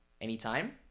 anytime